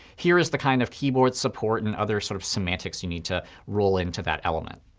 here is the kind of keyboard support and other sort of semantics you need to roll into that element.